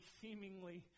seemingly